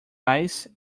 ice